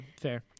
fair